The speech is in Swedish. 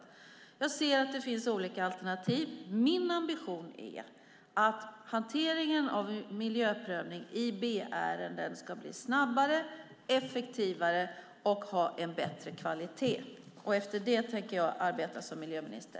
Jag ser att det finns olika alternativ. Min ambition är att hanteringen av miljöprövning i B-ärenden ska bli snabbare, effektivare och ha en bättre kvalitet. Utifrån detta tänker jag arbeta som miljöminister.